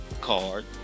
card